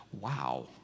wow